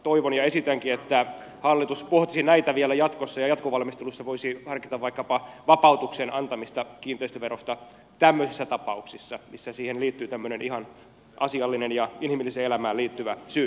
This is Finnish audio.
toivon ja esitänkin että hallitus pohtisi näitä vielä jatkossa ja jatkovalmistelussa voisi harkita vaikkapa vapautuksen antamista kiinteistöverosta tämmöisissä tapauksissa missä siihen liittyy ihan tämmöinen asiallinen ja inhimilliseen elämään liittyvä syy